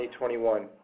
2021